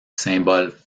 symboles